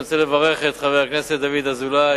אני רוצה לברך את חבר הכנסת דוד אזולאי,